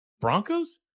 Broncos